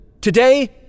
today